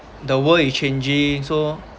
the world is changing so